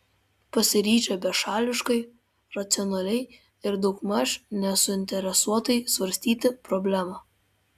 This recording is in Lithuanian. pasiryžę bešališkai racionaliai ir daugmaž nesuinteresuotai svarstyti problemą